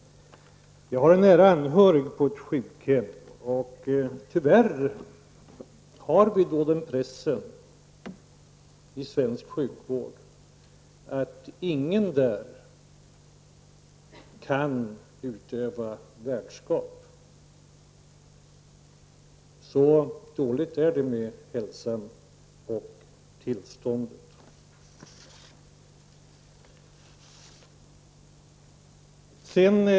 Jag har en nära anhörig på ett sjukhem. Tyvärr har vi den pressen i svensk sjukvård att ingen där kan utöva värdskap. Så dåligt är det med hälsan och tillståndet.